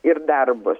ir darbus